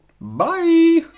Bye